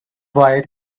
boy